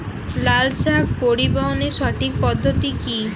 লালশাক পরিবহনের সঠিক পদ্ধতি কি?